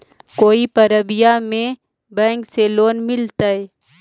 कोई परबिया में बैंक से लोन मिलतय?